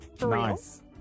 Nice